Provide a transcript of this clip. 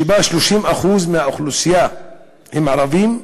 שבה 30% מהאוכלוסייה הם ערבים,